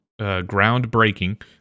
groundbreaking